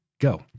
go